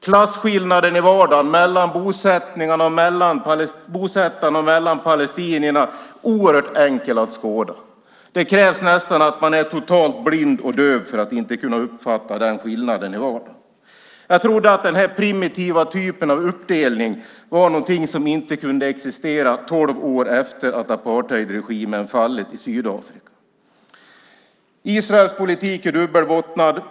Klasskillnaden i vardagen mellan bosättarna och palestinierna är oerhört enkel att skåda. Det krävs nästan att man är totalt blind och döv för att inte uppfatta den skillnaden i vardagen. Jag trodde att den här primitiva typen av uppdelning var någonting som inte kunde existera tolv år efter det att apartheidregimen fallit i Sydafrika. Israels politik är dubbelbottnad.